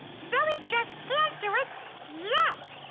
zoe just can't do it yet.